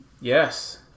yes